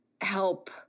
help